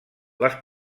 les